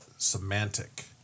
Semantic